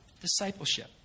discipleship